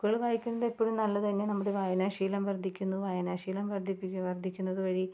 ബുക്കുകള് വായിക്കുന്നത് എപ്പഴും നല്ലത് തന്നെ നമ്മുടെ വായനാ ശീലം വര്ദ്ധിക്കുന്നു വായന ശീലം വര്ദ്ധിപ്പിക്കുക വര്ദ്ധിക്കുന്നത് വഴി